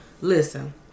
Listen